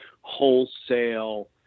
wholesale